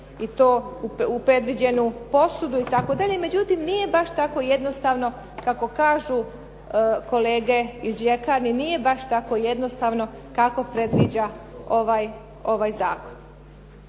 i to u predviđenu posudu itd., međutim nije baš tako jednostavno kako kažu kolege iz ljekarni, nije baš tako jednostavno kako predviđa ovaj zakon.